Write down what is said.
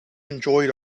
enjoyed